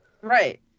Right